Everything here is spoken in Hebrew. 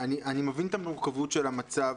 אני מבין את המורכבות של המצב,